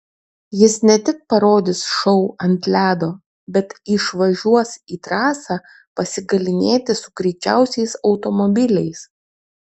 jis ne tik parodys šou ant ledo bet išvažiuos į trasą pasigalynėti su greičiausiais automobiliais